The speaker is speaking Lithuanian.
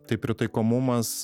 tai pritaikomumas